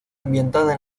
ambientada